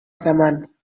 cremant